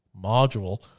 module